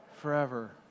forever